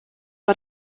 war